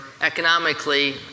economically